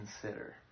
consider